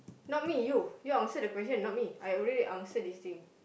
not me you you answer the question not me I already answer this thing